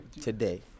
today